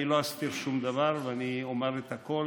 אני לא אסתיר שום דבר ואני אומר את הכול,